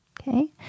Okay